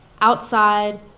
Outside